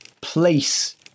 place